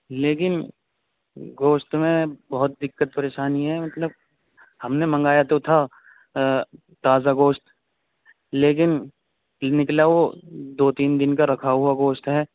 لیکن گوشت میں بہت دقت پریشانی ہے مطلب ہم نے منگایا تو تھا تازہ گوشت لیکن نکلا وہ دو تین دن کا رکھا ہوا گوشت ہے